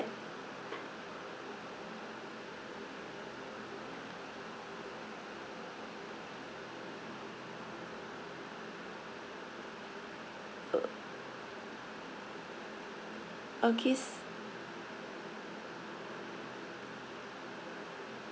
uh okay